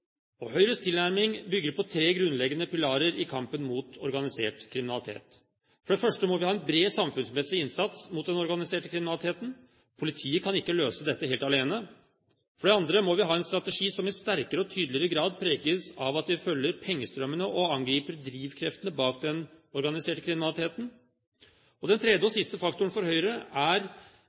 og Høyres tilnærming bygger på tre grunnleggende pilarer i kampen mot organisert kriminalitet. For det første må vi ha en bred samfunnsmessig innsats mot den organiserte kriminaliteten – politiet kan ikke løse dette helt alene. For det andre må vi ha en strategi som i sterkere og tydeligere grad preges av at vi følger pengestrømmene og angriper drivkreftene bak den organiserte kriminaliteten. Den tredje og siste faktoren for Høyre er